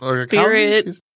Spirit